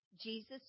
Jesus